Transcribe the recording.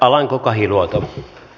arvoisa puhemies